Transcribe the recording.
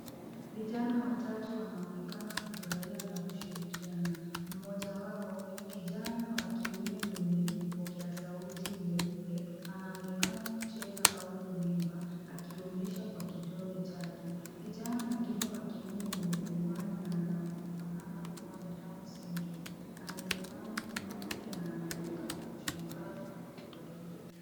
Vijana watatu wanaonekana kufurahia na kushirikiana. Mmoja wao, kijana wa kiume mwenye vipokeasauti nyeupe, anaonekana kucheza au kuimba akiwaonyesha kwa kidole chake. Kijana mwengine wa kiume mwenye miwani anaonekana kuwa na down syndrome amesimama nyuma yake na anaonekana kushangazwa na kufurahia.